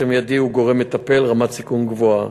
מיידי עם גורם מטפל בשל רמת סיכון גבוהה.